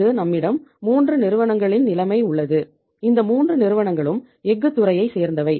இங்கு நம்மிடம் 3 நிறுவனங்களின் நிலைமை உள்ளது இந்த 3 நிறுவனங்களும் எஃகு துறையைச் சேர்ந்தவை